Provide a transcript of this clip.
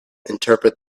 interpret